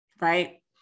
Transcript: right